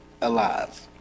alive